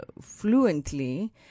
fluently